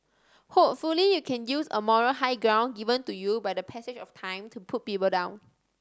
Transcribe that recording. hopefully you can use a moral high ground given to you by the passage of time to put people down